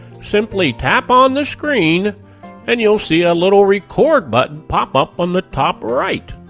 simply tap on the screen and you'll see a little record button pop up on the top right.